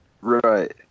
Right